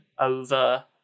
over